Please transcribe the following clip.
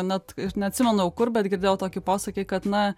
net aš neatsimenu jau kur bet girdėjau tokį posakį kad na